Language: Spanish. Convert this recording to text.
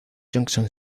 junction